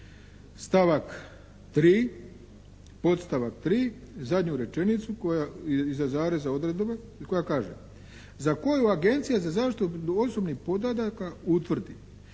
koja iza zareza odredba koja kaže: za koju Agencija za zaštitu osobnih podataka utvrdi